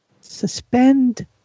suspend